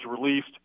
released